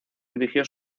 dirigió